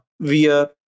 via